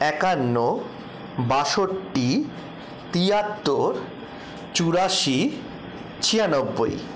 একান্ন বাষট্টি তিয়াত্তর চুরাশি ছিয়ানব্বই